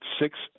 six